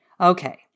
Okay